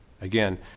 Again